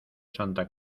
santa